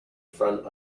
front